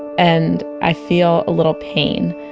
and i feel a little pain,